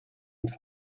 ihnen